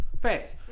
Facts